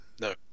no